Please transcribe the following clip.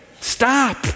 Stop